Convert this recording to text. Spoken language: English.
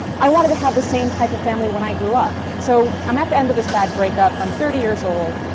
i wanted to have the same type of family when i grew up. so i'm at the end of this bad breakup, i'm thirty years old,